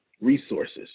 resources